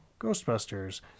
Ghostbusters